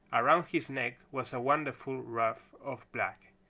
around his neck was a wonderful ruff of black.